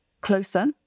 closer